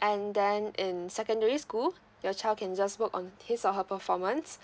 and then in secondary school your child can just work on his or her performance